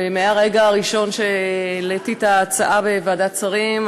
שמהרגע הראשון שהעליתי את ההצעה בוועדת שרים,